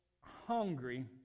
hungry